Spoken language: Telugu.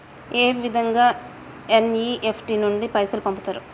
ఏ విధంగా ఎన్.ఇ.ఎఫ్.టి నుండి పైసలు పంపుతరు?